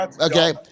Okay